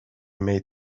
made